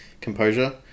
composure